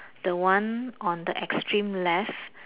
the one on the extreme left